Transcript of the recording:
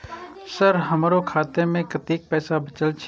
Sir हमरो खाता में कतेक पैसा बचल छे?